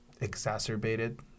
Exacerbated